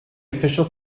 official